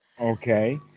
Okay